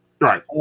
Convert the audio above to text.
Right